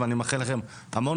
ואני מאחל לכם המון